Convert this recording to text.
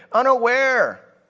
unaware.